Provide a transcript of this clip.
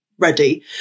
Ready